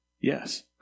yes